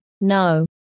No